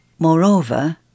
Moreover